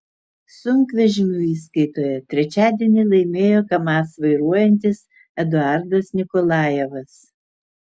sunkvežimių įskaitoje trečiadienį laimėjo kamaz vairuojantis eduardas nikolajevas